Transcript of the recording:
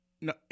No